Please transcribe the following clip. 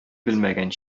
белмәгән